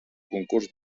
concurs